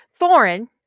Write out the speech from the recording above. Thorin